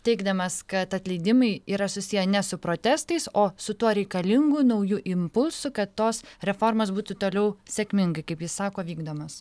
teigdamas kad atleidimai yra susiję ne su protestais o su tuo reikalingu naujų impulsų kad tos reformos būtų toliau sėkmingai kaip jis sako vykdomos